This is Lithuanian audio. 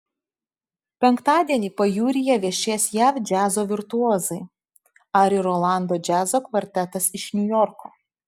penktadienį pajūryje viešės jav džiazo virtuozai ari rolando džiazo kvartetas iš niujorko